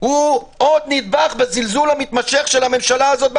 הוא עוד נדבך בזלזול המתמשך של הממשלה הזאת בכנסת.